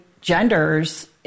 genders